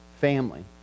family